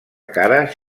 cares